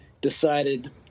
decided